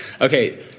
Okay